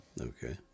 Okay